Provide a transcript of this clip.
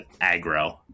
aggro